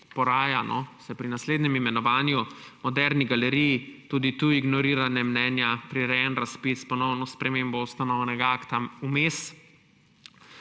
pri naslednjem imenovanju, v Moderni galeriji. Tudi tu ignoriranje mnenja, prirejen razpis, ponovno sprememba ustanovnega akta vmes.